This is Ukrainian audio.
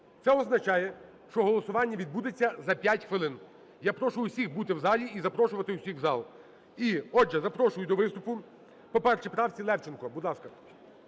Це означає, що голосування відбудеться за 5 хвилин. Я прошу всіх бути в залі і запрошувати всіх в зал. Отже, запрошую до виступу по першій правціЛевченка.